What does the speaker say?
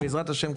בעזרת השם,